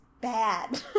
bad